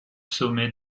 sommet